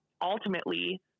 ultimately